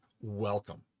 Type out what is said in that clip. welcome